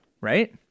Right